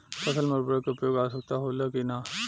फसल में उर्वरक के उपयोग आवश्यक होला कि न?